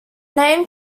name